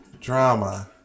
Drama